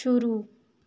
शुरू